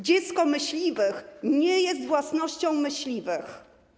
Dziecko myśliwych nie jest własnością myśliwych.